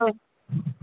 हय